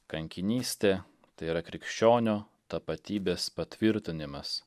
kankinystė tai yra krikščionio tapatybės patvirtinimas